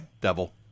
devil